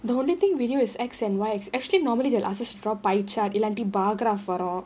the only thing we knew is X and Y axis actually normally they will ask us to draw pie chart இல்லாட்டி:illaatti bar graph வரும்:varum